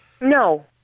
No